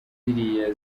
ziriya